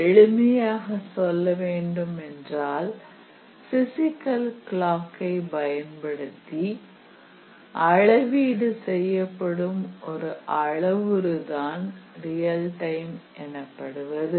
எளிமையாக சொல்ல வேண்டும் என்றால் பிசிகல் கிளாக் ஐ உபயோகப்படுத்தி அளவீடு செய்யப்படும் ஒரு அளவுரு தான் ரியல் டைம் எனப்படுவது